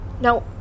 No